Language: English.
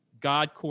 God